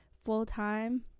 full-time